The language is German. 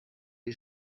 die